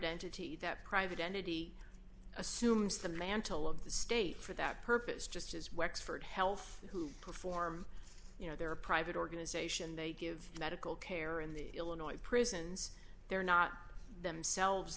entity that private entity assumes the mantle of the state for that purpose just as wexford health who perform you know they're a private organization they give medical care in the illinois prisons they're not themselves